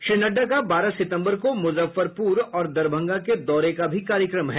श्री नड्डा का बारह सितम्बर को मुजफ्फरपुर और दरभंगा के दौरे का भी कार्यक्रम है